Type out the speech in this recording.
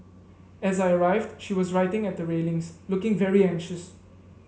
as I arrived she was writing at the railings looking very anxious